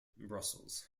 brussels